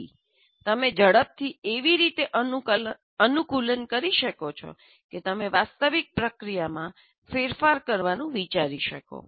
તેથી તમે ઝડપથી એવી રીતે અનુકૂલન કરી શકો છો કે તમે વાસ્તવિક પ્રક્રિયામાં ફેરફાર કરવાનું વિચારી શકો